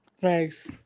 Thanks